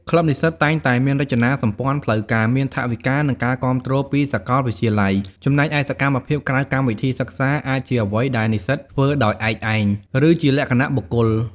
ក្លឹបនិស្សិតតែងតែមានរចនាសម្ព័ន្ធផ្លូវការ មានថវិកា និងការគាំទ្រពីសាកលវិទ្យាល័យ ចំណែកឯសកម្មភាពក្រៅកម្មវិធីសិក្សាអាចជាអ្វីដែលនិស្សិតធ្វើដោយឯកឯង ឬជាលក្ខណៈបុគ្គល។